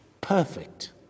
Perfect